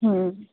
ହଁ